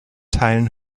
teilen